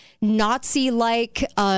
Nazi-like